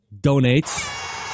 donates